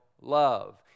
love